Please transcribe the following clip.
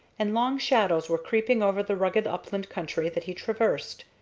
and long shadows were creeping over the rugged upland country that he traversed.